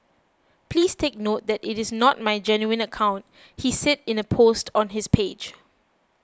please take note that it is not my genuine account he said in a post on his page